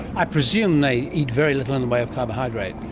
i presume they eat very little in the way of carbohydrate.